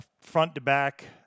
front-to-back